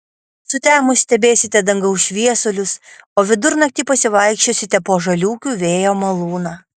sutemus stebėsite dangaus šviesulius o vidurnaktį pasivaikščiosite po žaliūkių vėjo malūną